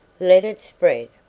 let it spread!